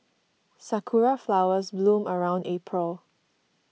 sakura flowers bloom around April